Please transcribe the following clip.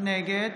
נגד